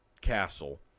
castle